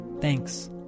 Thanks